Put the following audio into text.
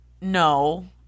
no